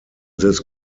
this